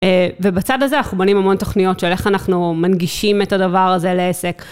ובצד הזה אנחנו בונים המון תכניות של איך אנחנו מנגישים את הדבר הזה לעסק.